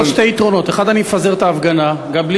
יהיו פה שני יתרונות: 1. אני אפזר את ההפגנה גם בלי שימוש,